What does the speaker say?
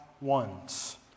ones